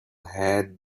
had